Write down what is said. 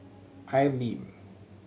Al Lim